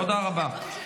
תודה רבה.